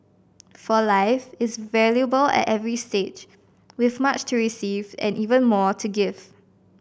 for life is valuable at every stage with much to receive and even more to give